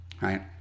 Right